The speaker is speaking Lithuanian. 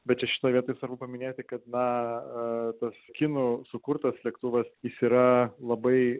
bet čia šitoj vieta svarbu paminėti kad na tas kinų sukurtas lėktuvas jis yra labai